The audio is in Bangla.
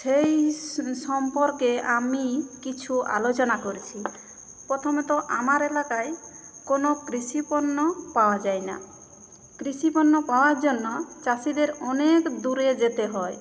সেই সম্পর্কে আমি কিছু আলোচনা করছি প্রথমত আমার এলাকায় কোনো কৃষি পণ্য পাওয়া যায় না কৃষি পণ্য পাওয়ার জন্য চাষিদের অনেক দূরে যেতে হয়